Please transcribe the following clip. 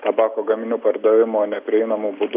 tabako gaminių pardavimo neprieinamu būdu